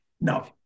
No